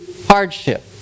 Hardship